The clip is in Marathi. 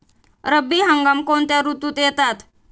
रब्बी हंगाम कोणत्या ऋतूत येतात?